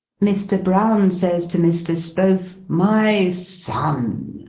mr. brown says to mr. spohf, my son!